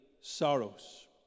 sorrows